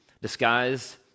disguised